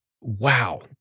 wow